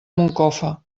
moncofa